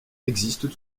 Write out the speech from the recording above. existent